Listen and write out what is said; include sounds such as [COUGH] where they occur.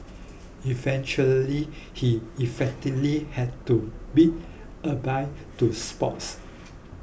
[NOISE] eventually he effectively had to bid adieu to sports